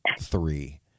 three